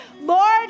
Lord